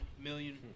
million